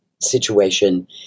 situation